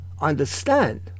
understand